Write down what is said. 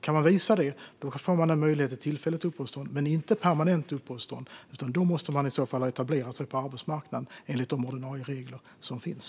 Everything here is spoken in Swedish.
Kan man visa det får man möjlighet till tillfälligt uppehållstillstånd men inte till permanent uppehållstillstånd, för då måste man i så fall ha etablerat sig på arbetsmarknaden enligt de ordinarie regler som finns.